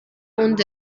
und